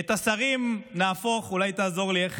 את השרים נהפוך, אולי תעזור לי, איך הם היו במקרא?